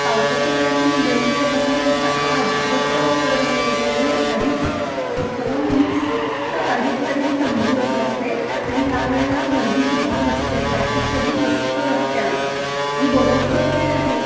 पावसाचं कारण तुम्ही देऊच शकत नाही इथे आत्ता अजिबात पाऊस पडत नाही आहे इथे आणि अडीच दोन वीसचं अडीच तरी मी समजू शकले असते आणि यावेळेला गर्दीसुद्धा नसते ट्रॅफिकही नसतं रस्त्याला ही बरोबर वेळ आहे